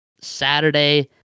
Saturday